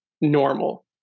normal